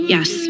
Yes